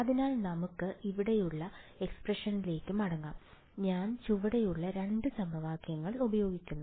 അതിനാൽ നമുക്ക് ഇവിടെയുള്ള എക്സ്പ്രഷനിലേക്ക് മടങ്ങാം ഞാൻ ചുവടെയുള്ള 2 സമവാക്യങ്ങൾ ഉപയോഗിക്കുന്നു